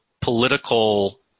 political